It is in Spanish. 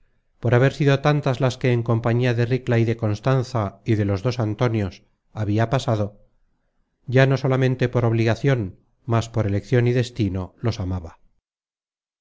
por haber sido tantas las que en compañía de ricla y de constanza y de los dos antonios habia pasado ya no solamente por obligacion más por eleccion y destino los amaba